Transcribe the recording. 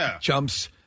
jumps